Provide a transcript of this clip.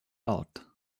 out